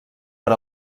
per